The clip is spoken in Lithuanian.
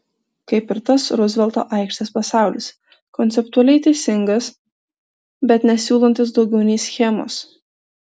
kaip ir tas ruzvelto aikštės pasaulis konceptualiai teisingas bet nesiūlantis daugiau nei schemos